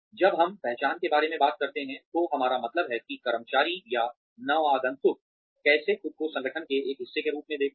जब हम पहचान के बारे में बात करते हैं तो हमारा मतलब है कि कर्मचारी या नवागंतुक कैसे खुद को संगठन के एक हिस्से के रूप में देखता है